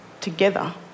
together